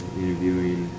interviewing